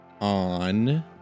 on